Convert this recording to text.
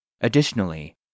Additionally